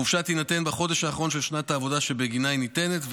החופשה תינתן בחודש האחרון של שנת העבודה שבגינה היא ניתנת,